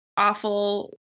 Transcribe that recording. awful